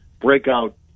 breakout